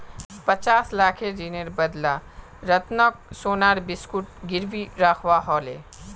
पचास लाखेर ऋनेर बदला रतनक सोनार बिस्कुट गिरवी रखवा ह ले